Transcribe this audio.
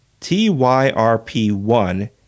TYRP1